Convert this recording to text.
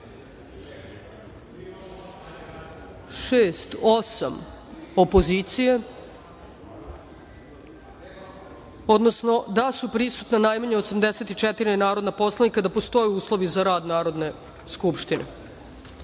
osam opozicije, odnosno da su prisutna najmanje 84 narodna poslanika i da postoje uslovi za rad Narodne